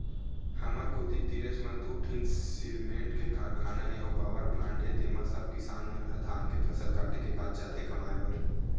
हमर कोती तीरेच म दू ठीन सिरमेंट के कारखाना हे अउ पावरप्लांट हे तेंमा सब किसान मन ह धान के फसल काटे के बाद जाथे कमाए बर